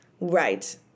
Right